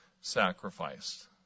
sacrificed